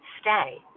stay